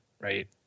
right